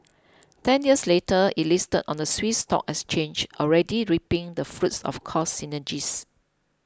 ten years later it listed on the Swiss stock exchange already reaping the fruits of cost synergies